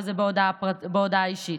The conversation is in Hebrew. וזה בהודעה אישית.